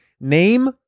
name